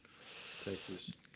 Texas